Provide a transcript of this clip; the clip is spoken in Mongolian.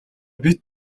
бид